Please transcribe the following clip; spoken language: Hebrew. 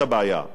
אבל ישנם